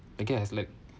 I guess like